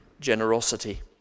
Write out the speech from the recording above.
generosity